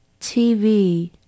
TV